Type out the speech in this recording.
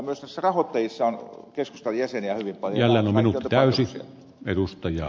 myös näissä rahoittajissa on keskustan jäseniä hyvin paljon